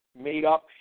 made-up